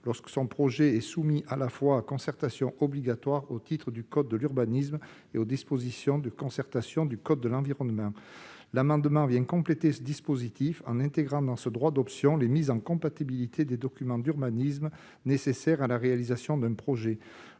-lorsque son projet est soumis, à la fois, à la concertation obligatoire au titre du code de l'urbanisme et aux dispositions relatives à la concertation du code de l'environnement. L'amendement vise à compléter ce dispositif en intégrant dans ce droit d'option les mises en compatibilité des documents d'urbanisme nécessaires à la réalisation d'un projet.